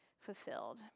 fulfilled